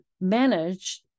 manage